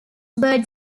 bird